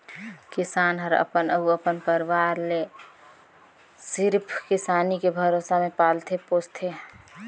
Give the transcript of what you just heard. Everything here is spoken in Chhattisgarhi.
किसान हर अपन अउ अपन परवार ले सिरिफ किसानी के भरोसा मे पालथे पोसथे